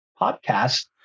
podcast